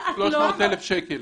300,000 שקל.